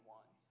one